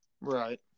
Right